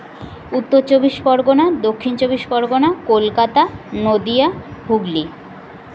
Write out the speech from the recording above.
উত্তর চব্বিশ পরগনা দক্ষিণ চব্বিশ পরগনা কলকাতা নদিয়া হুগলি